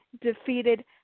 defeated